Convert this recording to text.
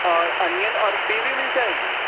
اور انین اور پیوی مل جائے گی